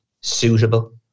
suitable